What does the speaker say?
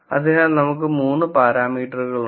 അതിനാൽ നമുക്ക് 3 പാരാമീറ്ററുകൾ ഉണ്ട്